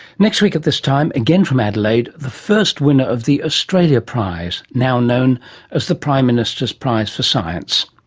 next week at this time, again from adelaide, the first winner of the australia prize, now known as the prime minister's prize for science.